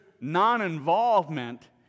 non-involvement